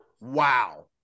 wow